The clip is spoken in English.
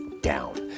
down